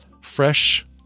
fresh